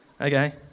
Okay